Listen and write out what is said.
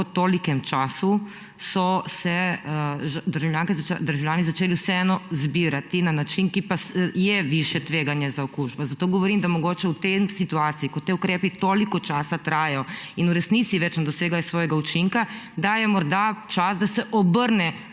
toliko časa državljani začeli vseeno zbirati na način, ki pa je višje tveganje za okužbe. Zato govorim, da je mogoče v tej situaciji, ko ti ukrepi toliko časa trajajo in v resnici več ne dosegajo svojega učinka, morda čas, da se obrne